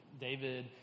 David